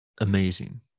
amazing